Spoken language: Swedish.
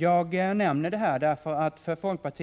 Jag nämner detta därför att